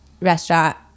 restaurant